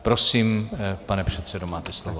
Prosím, pane předsedo, máte slovo.